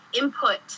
input